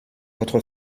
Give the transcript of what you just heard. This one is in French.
votre